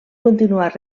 continuar